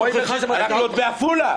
--- אנחנו עוד בעפולה.